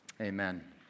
Amen